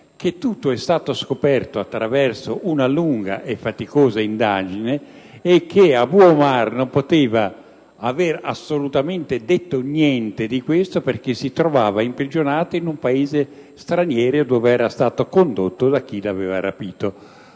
che tutto è stato scoperto attraverso una lunga e faticosa indagine e che Abu Omar non poteva assolutamente aver detto nulla di questo perché si trovava imprigionato in un Paese straniero, dove era stato condotto da chi lo aveva rapito.